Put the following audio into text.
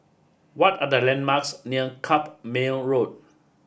what are the landmarks near Carpmael Road